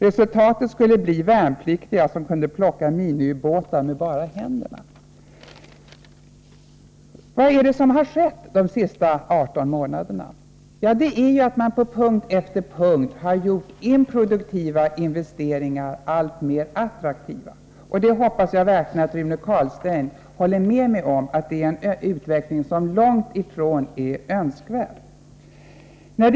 Resultatet av detta senare skulle bli värnpliktiga som kunde plocka miniubåtar med bara händerna. Vad är det som har skett de senaste 18 månaderna? Jo, att man på punkt efter punkt har gjort improduktiva investeringar alltmer attraktiva. Och jag hoppas verkligen att Rune Carlstein håller med mig om att det är en utveckling som är långt ifrån önskvärd!